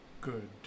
good